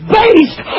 based